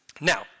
Now